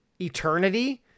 eternity